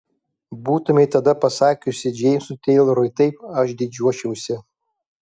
būtumei tada pasakiusi džeimsui teilorui taip aš didžiuočiausi